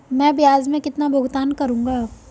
मैं ब्याज में कितना भुगतान करूंगा?